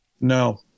No